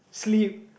sleep